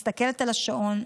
מסתכלת על השעון,